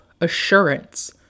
assurance